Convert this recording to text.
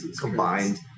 combined